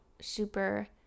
super